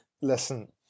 listen